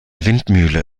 windmühle